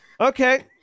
Okay